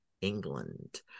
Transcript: England